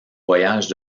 voyages